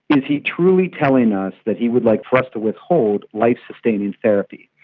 is he truly telling us that he would like for us to withhold life sustaining therapy?